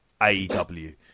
AEW